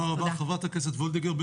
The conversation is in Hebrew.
תודה רבה חברת הכנסת וולדיגר.